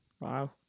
Wow